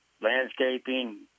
landscaping